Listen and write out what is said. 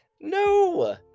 no